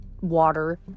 water